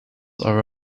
are